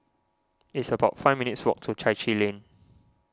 it's about five minutes' walk to Chai Chee Lane